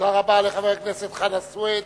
תודה רבה לחבר הכנסת חנא סוייד.